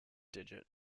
digit